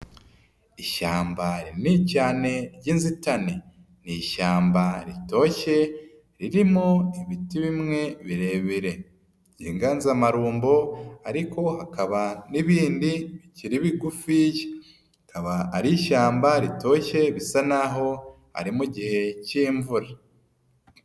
Ishyamba rinini cyane ry'inzitane. Ni ishyamba ritoshye, ririmo ibiti bimwe birebire, by'inganzamarumbo, ariko hakaba n'ibindi bikiri bigufiya. Akaba ari ishyamba ritoshye, bisa naho, ari mu gihe k'imvura.